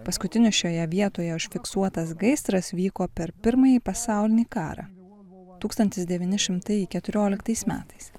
paskutinis šioje vietoje užfiksuotas gaisras vyko per pirmąjį pasaulinį karą tūkstantis devyni šimtai keturioliktais metais